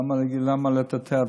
למה לטאטא?